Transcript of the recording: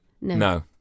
no